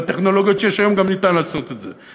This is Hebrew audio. בטכנולוגיות שיש היום גם ניתן לעשות את זה.